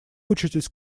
учитесь